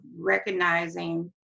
recognizing